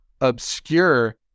obscure